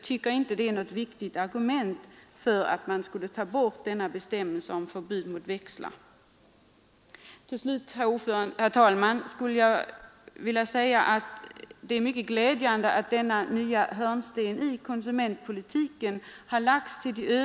Herr Börjessons argument för att från föreslaget förbud undanta växel som utställts vid köp på auktion är inte tunga. Herr talman! Till slut vill jag säga att det är mycket glädjande att denna nya hörnsten i konsumentpolitiken har lagts.